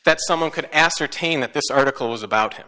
that someone could ascertain that this article was about